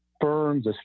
firms